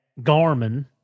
Garmin